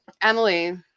Emily